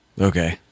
Okay